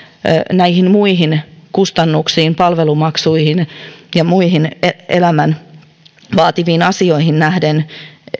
näihin muihin kustannuksiin palvelumaksuihin ja muihin elämän vaativiin asioihin nähden